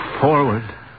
Forward